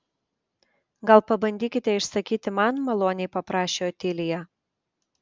gal pabandykite išsakyti man maloniai paprašė otilija